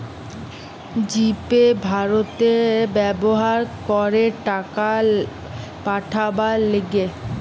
জি Pay ভারতে ব্যবহার করে টাকা পাঠাবার লিগে